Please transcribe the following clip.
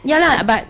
ya lah but